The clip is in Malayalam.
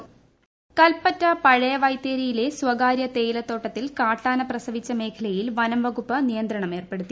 ക്യാമ്പ് കൽപ്പറ്റ പഴയ വൈത്തിരിയിലെ സ്വകാര്യം തേയിലത്തോട്ടത്തിൽ കാട്ടാന പ്രസവിച്ച മേഖലയിൽ വന്ന്വിക്കുപ്പ് നിയന്ത്രണം ഏർപ്പെടു ത്തി